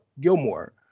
Gilmore